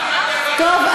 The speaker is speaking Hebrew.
טוב.